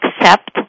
accept